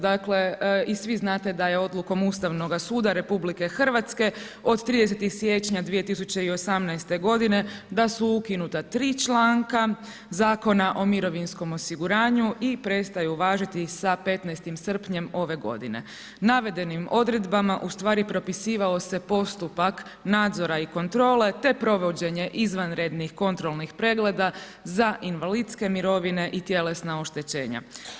Dakle, i svi znate da je odlukom Ustavnog suda RH od 30. siječnja 2018. da su ukinuta 3 članka Zakona o mirovinskom osiguranju i prestaju važiti sa 15. srpnjem ove g. Navedenim odredbama, ustvari propisivao se postupak nadzora i kontrole te provođenje izvanrednih kontrolnih pregleda za invalidske mirovine i tjelesna oštećenja.